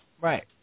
Right